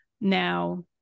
Now